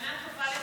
ההצעה להעביר את